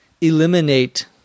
eliminate